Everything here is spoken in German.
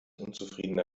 unzufriedener